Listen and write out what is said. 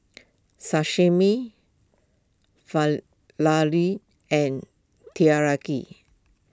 Sashimi and Teriyaki